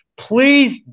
Please